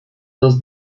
los